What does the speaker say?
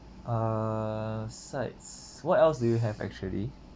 err sides what else do you have actually